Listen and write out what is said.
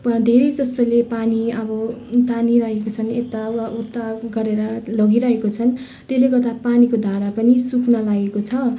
धेरै जस्तोले पानी अब तानिरहेका छन् यता वा उता गरेर लगिरहेका छन् त्यसले गर्दा पानीको धारा पनि सुक्न लागेको छ